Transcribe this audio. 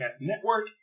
Network